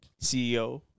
CEO